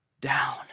down